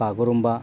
Bagurumba